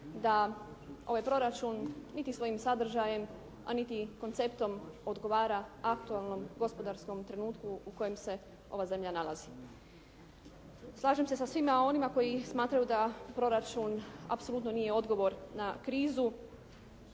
da ovaj proračun niti svojim sadržajem, a niti konceptom odgovara aktualnom gospodarskom trenutku u kojem se ova zemlja nalazi. Slažem se sa svima onima koji smatraju da proračun apsolutno nije odgovor na krizu.